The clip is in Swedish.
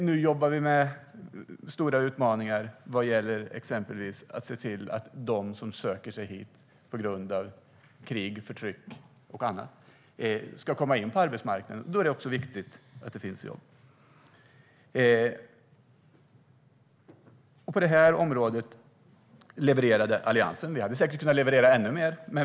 Nu har vi en stor utmaning i att se till att de som söker sig hit på grund av krig och förtryck kommer in på arbetsmarknaden. Då är det viktigt att det finns jobb. På detta område levererade Alliansen. Vi hade säkert kunna leverera ännu mer.